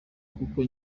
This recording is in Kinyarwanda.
kuko